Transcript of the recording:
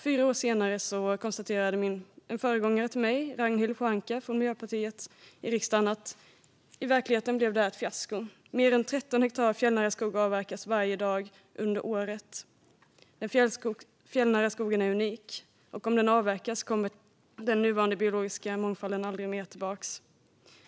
Fyra år senare konstaterade en föregångare till mig, Ragnhild Pohanka från Miljöpartiet, i riksdagen att det här i verkligheten blev ett fiasko och att mer än 13 hektar fjällnära skog avverkades varje dag under året. Den fjällnära skogen är unik, och om den avverkas kommer den nuvarande biologiska mångfalden aldrig mer tillbaka, menade